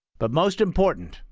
but most important,